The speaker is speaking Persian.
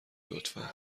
لطفا